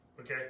Okay